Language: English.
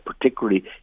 particularly